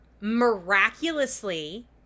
miraculously